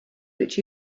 that